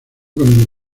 con